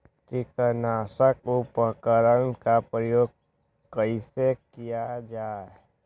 किटनाशक उपकरन का प्रयोग कइसे कियल जाल?